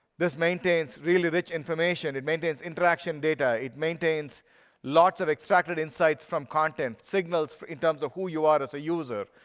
this maintains really rich information. it maintains interaction data. it maintains lots of extracted insights from content, signals in terms of who you are as a user,